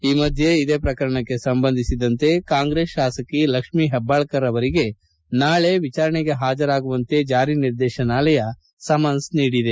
ಈ ಮಧ್ಯೆ ಇದೇ ಪ್ರಕರಣಕ್ಕೆ ಸಂಬಂಧಿಸಿದಂತೆ ಕಾಂಗ್ರೆಸ್ ಶಾಸಕಿ ಲಕ್ಷ್ಮೀ ಹೆಬ್ಬಾಳ್ ಕರ್ ಅವರಿಗೆ ನಾಳೆ ವಿಚಾರಣೆಗೆ ಹಾಜರಾಗುವಂತೆ ಜಾರಿ ನಿರ್ದೇಶನಾಲಯ ಸಮನ್ಸ್ ನೀಡಿದೆ